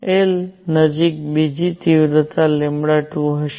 I નજીક બીજી કેટલીક તીવ્રતા 2 વગેરે છે